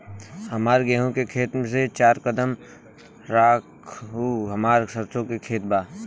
हमार गेहू के खेत से चार कदम रासु हमार सरसों के खेत बा